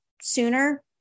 sooner